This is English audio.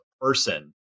person